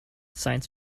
science